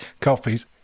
copies